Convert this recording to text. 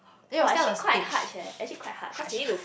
!wah! actually quite harsh eh actually quite hard cause you need to